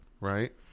right